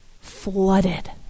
flooded